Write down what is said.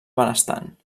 benestant